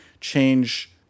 change